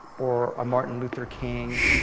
or a martin luther king,